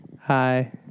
Hi